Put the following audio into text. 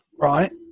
Right